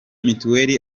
mitiweli